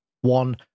one